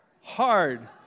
hard